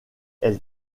elle